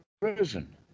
prison